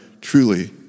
Truly